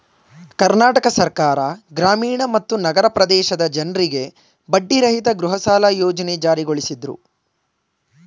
ಕರ್ನಾಟಕ ಸರ್ಕಾರ ಗ್ರಾಮೀಣ ಮತ್ತು ನಗರ ಪ್ರದೇಶದ ಜನ್ರಿಗೆ ಬಡ್ಡಿರಹಿತ ಗೃಹಸಾಲ ಯೋಜ್ನೆ ಜಾರಿಗೊಳಿಸಿದ್ರು